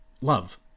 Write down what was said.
love